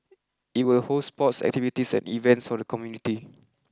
it will host sports activities and events for the community